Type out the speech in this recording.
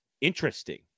interesting